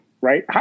Right